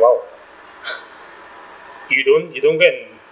!wow! you don't you don't go and